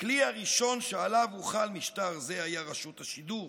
הכלי הראשון שעליו הוחל משטר זה היה רשות השידור.